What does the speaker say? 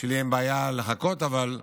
שאין לי בעיה לחכות, אבל הוא